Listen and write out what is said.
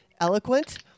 eloquent